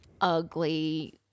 ugly